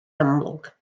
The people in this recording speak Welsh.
amlwg